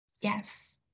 Yes